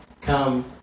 come